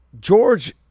George